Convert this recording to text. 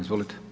Izvolite.